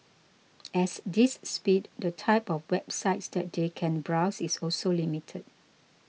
at this speed the type of websites that they can browse is also limited